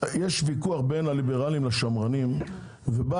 ויכוח בין הליברלים לבין השמרנים ובא